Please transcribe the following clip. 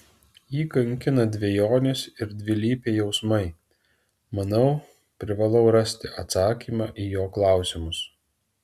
jį kankina dvejonės ir dvilypiai jausmai manau privalau rasti atsakymą į jo klausimus